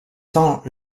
tend